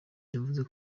yavuze